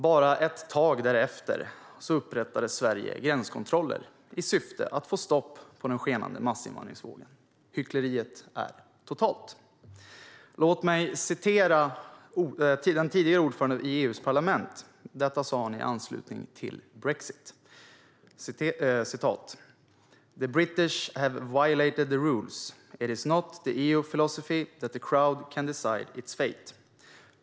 Bara ett tag därefter upprättade Sverige gränskontroller i syfte att få stopp på den skenande massinvandringsvågen. Hyckleriet är totalt. Låt mig återge vad den tidigare ordföranden i EU-parlamentet sa i anslutning till brexit: The British have violated the rules. It is not the EU's philosophy that the crowd can decide its fate.